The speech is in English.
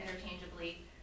interchangeably